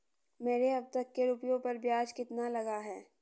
मेरे अब तक के रुपयों पर ब्याज कितना लगा है?